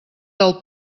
del